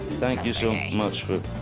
thank you so much for.